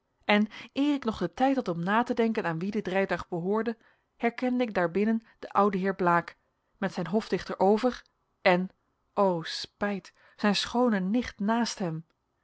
en eer ik nog den tijd had om na te denken aan wien dit rijtuig behoorde herkende ik daarbinnen den ouden heer blaek met zijn hofdichter over en o spijt zijn schoone nicht naast hem